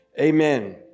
Amen